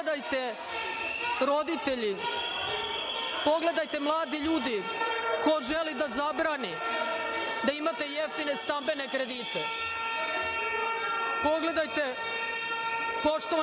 Pogledajte roditelji, pogledajte mladi ljudi ko želi da zabrani da imate jeftine stambene kredite. Pogledajte poštovani